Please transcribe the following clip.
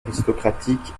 aristocratique